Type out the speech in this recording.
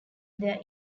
their